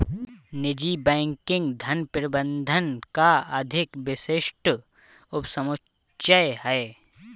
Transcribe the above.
निजी बैंकिंग धन प्रबंधन का अधिक विशिष्ट उपसमुच्चय है